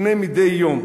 יפנה מדי יום